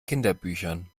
kinderbüchern